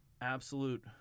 absolute